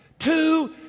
Two